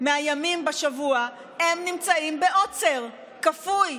מהימים בשבוע הם נמצאים בעוצר כפוי,